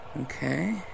okay